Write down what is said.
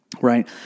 right